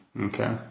Okay